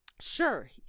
Sure